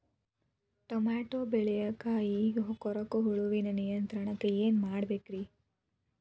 Tomato ಬೆಳೆಯ ಕಾಯಿ ಕೊರಕ ಹುಳುವಿನ ನಿಯಂತ್ರಣಕ್ಕ ಏನ್ ಮಾಡಬೇಕ್ರಿ?